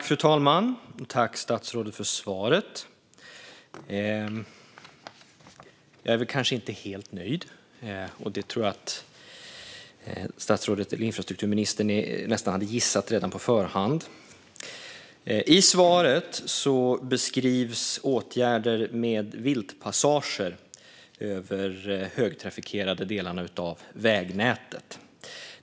Fru talman! Tack, statsrådet, för svaret! Jag är väl kanske inte helt nöjd, och det tror jag att infrastrukturministern nästan hade gissat redan på förhand. I svaret beskrivs åtgärder med viltpassager över de högtrafikerade delarna av vägnätet.